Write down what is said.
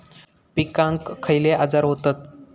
पिकांक खयले आजार व्हतत?